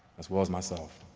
as well as myself.